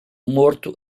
morto